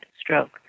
stroke